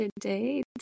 Today